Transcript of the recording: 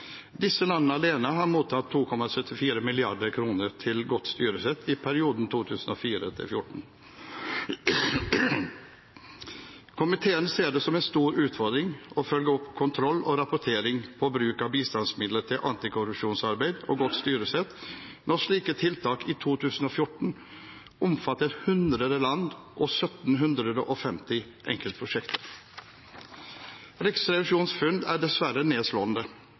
Disse landene alene har mottatt 2,74 mrd. kr til godt styresett i perioden 2004–2014. Komiteen ser det som en stor utfordring å følge opp kontroll og rapportering av bruk av bistandsmidler til antikorrupsjonsarbeid og godt styresett når slike tiltak i 2014 omfattet 100 land og 1 750 enkeltprosjekter. Riksrevisjonens funn er dessverre nedslående.